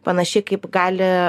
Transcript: panašiai kaip gali